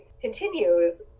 continues